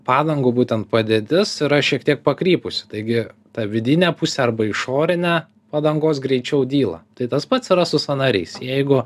padangų būtent padėtis yra šiek tiek pakrypusi taigi ta vidinė pusė arba išorinė padangos greičiau dyla tai tas pats yra su sąnariais jeigu